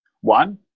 One